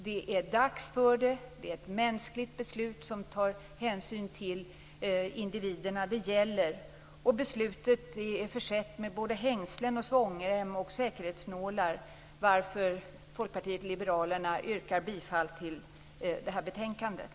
Det är ett mänskligt beslut som tar hänsyn till individerna det gäller. Beslutet är försett med både hängslen, svångrem och säkerhetsnålar, varför Folkpartiet liberalerna yrkar bifall till hemställan i betänkandet.